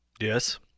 Yes